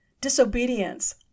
disobedience